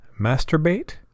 masturbate